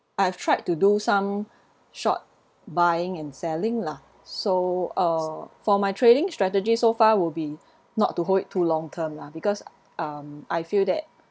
I have tried to do some short buying and selling lah so uh for my trading strategy so far will be not to hold it too long term lah because um I feel that